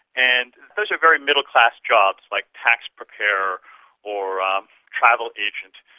and those are very middle-class jobs like tax preparer or um travel agent,